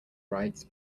rides